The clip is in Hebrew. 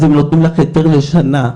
אז הם נותנים לך היתר לשנה.